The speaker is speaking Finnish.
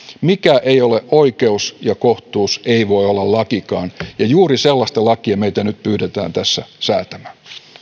mikä ei ole oikeus ja kohtuus ei voi olla lakikaan juuri sellaista lakia meitä nyt pyydetään tässä säätämään